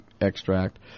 extract